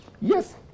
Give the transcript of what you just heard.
Yes